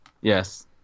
Yes